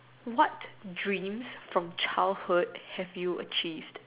what dreams from childhood have you achieved